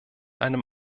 einem